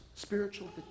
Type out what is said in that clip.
spiritual